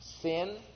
sin